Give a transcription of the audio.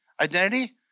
identity